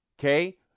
okay